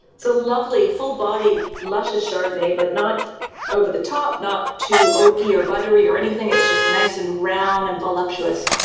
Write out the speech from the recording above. so lovely, full-bodied, luscious chardonnay but not over-the-top, not too oaky or buttery or anything. it's just nice and round and voluptuous.